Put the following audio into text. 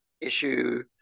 issue